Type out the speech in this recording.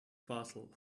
bottle